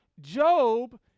Job